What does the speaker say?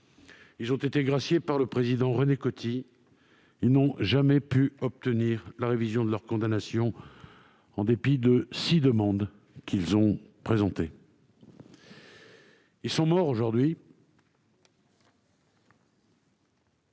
et ont été graciés par le président René Coty, mais n'ont jamais pu obtenir la révision de leur condamnation en dépit des six demandes qu'ils ont présentées. Ils sont morts à présent,